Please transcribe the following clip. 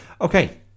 okay